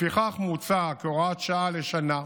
לפיכך מוצע, כהוראת שעה לשנה,